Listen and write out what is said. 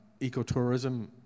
ecotourism